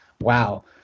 wow